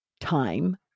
time